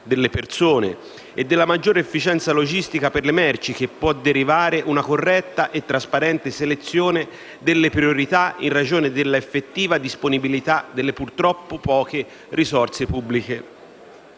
delle persone e della maggiore efficienza logistica per le merci, che può derivare una corretta e trasparente selezione delle priorità in ragione dell'effettiva disponibilità delle purtroppo scarse risorse pubbliche.